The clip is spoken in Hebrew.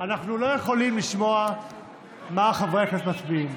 אנחנו לא יכולים לשמוע מה חברי הכנסת מצביעים.